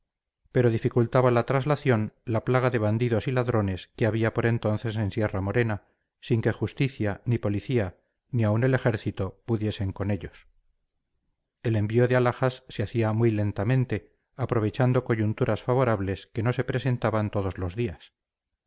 pero dificultaba la traslación la plaga de bandidos y ladrones que había por entonces en sierra morena sin que justicia ni policía ni aun el ejército pudiesen con ellos el envío de alhajas se hacía muy lentamente aprovechando coyunturas favorables que no se presentaban todos los días